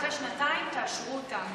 אחרי שנתיים: תאשרו אותן,